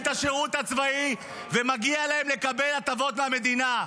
את השירות הצבאי ומגיע להם לקבל הטבות מהמדינה.